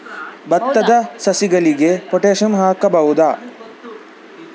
ಭತ್ತದ ಸಸಿಗಳಿಗೆ ಪೊಟ್ಯಾಸಿಯಂ ಹಾಕಬಹುದಾ?